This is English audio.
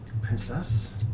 princess